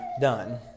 done